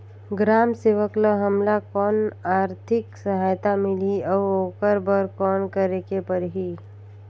ग्राम सेवक ल हमला कौन आरथिक सहायता मिलही अउ ओकर बर कौन करे के परही?